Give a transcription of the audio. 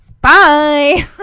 bye